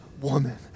woman